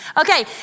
Okay